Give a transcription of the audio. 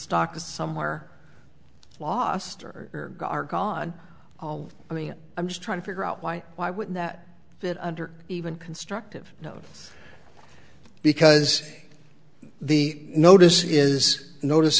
stock is somewhere lost or are gone all i mean i'm just trying to figure out why why would that fit under even constructive note because the notice is notice